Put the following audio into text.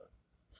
do the